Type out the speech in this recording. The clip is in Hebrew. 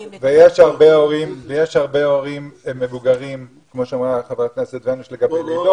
ויש הרבה הורים מבוגרים כמו שאמרה חברת הכנסת וונש לגבי לידות.